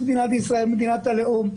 שמדבר על מדינת ישראל כמדינת הלאום,